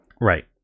Right